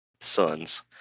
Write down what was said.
sons